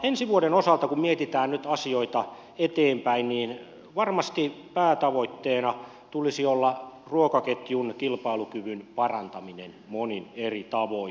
ensi vuoden osalta kun mietitään nyt asioita eteenpäin niin varmasti päätavoitteena tulisi olla ruokaketjun kilpailukyvyn parantaminen monin eri tavoin